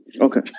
Okay